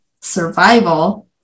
survival